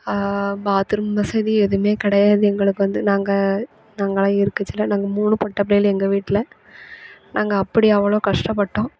bathroom வசதி எதுவுமே கிடையாது எங்களுக்கு வந்து நாங்கள் நாங்களாம் இருக்க சைடில் நாங்கள் மூணு பொட்ட பிள்ளைகளு எங்கள் வீட்டில் நாங்கள் அப்படி அவ்வளோ கஷ்டப்பட்டோம்